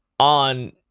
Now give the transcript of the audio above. on